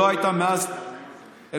שלא הייתה מאז 1948,